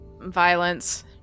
violence